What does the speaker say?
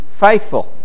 faithful